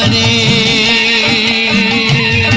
a